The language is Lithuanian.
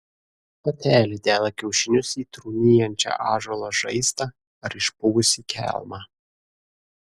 patelė deda kiaušinius į trūnijančią ąžuolo žaizdą ar išpuvusį kelmą